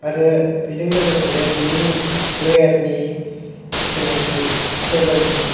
आरो बिजों लोगोसेनो बिनि अवेरनि जेनाखि केबोलनि